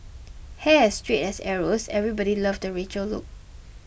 hair as straight as arrows everybody loved the Rachel look